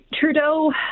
Trudeau